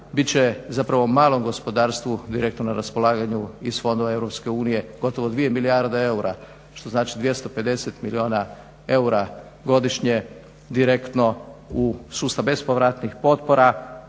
će zapravo malom gospodarstvu direktno na raspolaganju iz fondova EU gotovo 2 milijarde eura, što znači 250 milijuna eura godišnje direktno u sustav bespovratnih potpora.